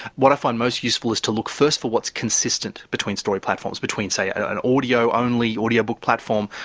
what i find most useful is to look first for what's consistent between story platforms, between, say, an audio-only audiobook platform,